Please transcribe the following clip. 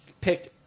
picked